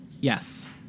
Yes